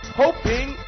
hoping